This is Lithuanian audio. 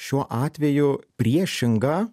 šiuo atveju priešinga